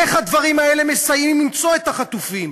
איך הדברים האלה מסייעים למצוא את החטופים?